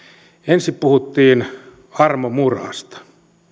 ensin puhuttiin armomurhasta